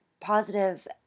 positive